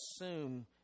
assume